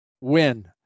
Win